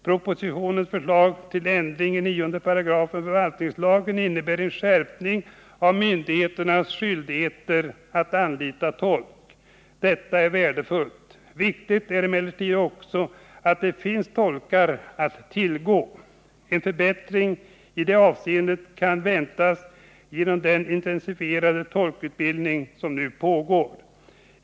Propositionens förslag till ändring av 9 § förvaltningslagen innebär en skärpning av myndigheternas skyldigheter att anlita tolk. Detta är värdefullt. Viktigt är emellertid också att det finns tolkar att tillgå. En förbättring i detta hänseende kan väntas genom den intensifierade tolkutbildning som nu pågår.